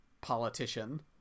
politician